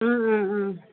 ꯎꯝ ꯎꯝ